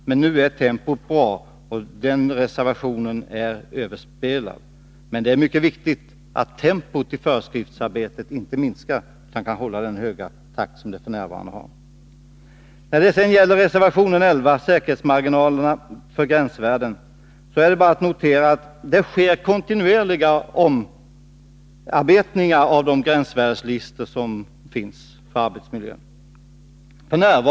Men nu är tempot bra, och reservationen är därmed överspelad. Det är viktigt att tempot i föreskriftsarbetet inte minskar utan att man kan hålla den höga arbetstakt man f. n. har. När det sedan gäller reservation 11 om säkerhetsmarginaler för gränsvärden är det bara att notera att gränsvärdeslistorna omarbetas kontinuerligt.